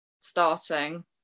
starting